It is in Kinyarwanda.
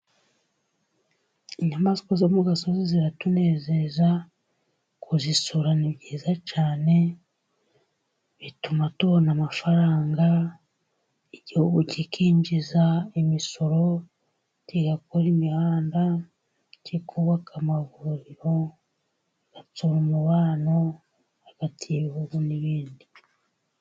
Inyamaswa zo mu gasozi ziratunezeza, kuzisura ni byiza cyane. Bituma tubona amafaranga, igihugu kikinjiza imisoro, kigakora imihanda, kikubaka amavuriro, kigatsura umubano hagati y'ibihugu n'ibindi.